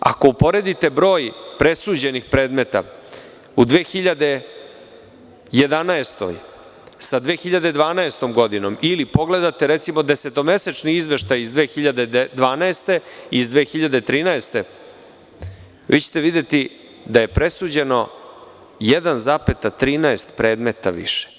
Ako uporedite broj presuđenih predmeta u 2011. sa 2012. godinom, ili pogledate desetomesečni izveštaj iz 2012. godine i iz 2013. godine, vi ćete videti da je presuđeno 1,13% predmeta više.